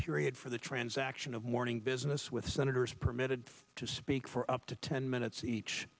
period for the transaction of morning business with senators permitted to speak for up to ten minutes each